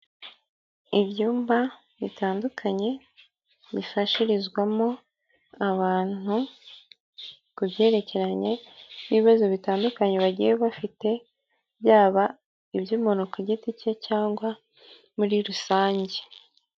Ibyumba bitandukanye bifashirizwamo abantu ku byerekeranye n'ibibazo bitandukanye bagiye bafite, yaba iby'umuntu ku giti cye cyangwa muri rusange.